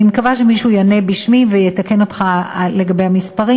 אני מקווה שמישהו יענה בשמי ויתקן אותך לגבי המספרים,